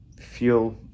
fuel